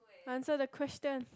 answer the question